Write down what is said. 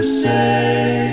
say